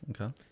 Okay